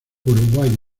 uruguay